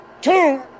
two